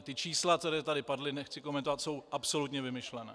Ta čísla, která tady padla, nechci komentovat, jsou absolutně vymyšlená.